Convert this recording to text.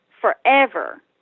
forever